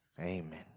Amen